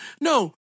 No